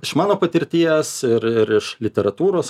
iš mano patirties ir ir iš literatūros